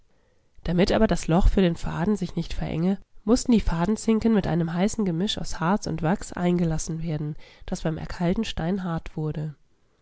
damit aber das loch für den faden sich nicht verenge mußten die fadenzinken mit einem heißen gemisch aus harz und wachs eingelassen werden das beim erkalten steinhart wurde